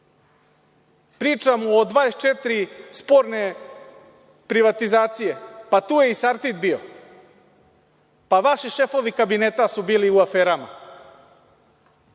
godine. Pričamo o 24 sporne privatizacije, pa tu je Sartid bio. Vaši šefovi kabineta su bili u aferama.